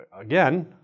Again